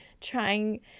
trying